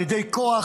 על ידי כוח,